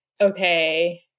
okay